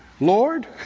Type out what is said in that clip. Lord